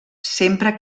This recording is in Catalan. sempre